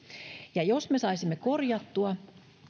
jos me saisimme korjattua